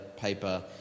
paper